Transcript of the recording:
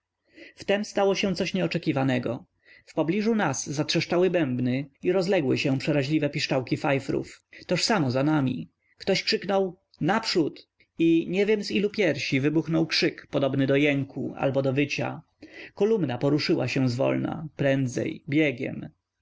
człowieka wtem stało się coś nieoczekiwanego w pobliżu nas zatrzeszczały bębny i rozległy się przeraźliwe piszczałki fajfrów toż samo za nami ktoś krzyknął naprzód i nie wiem z ilu piersi wybuchnął krzyk podobny do jęku albo do wycia kolumna poruszyła się zwolna prędzej biegiem